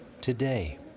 Today